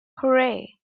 hooray